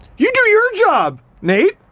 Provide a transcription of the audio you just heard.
you do your job, nate!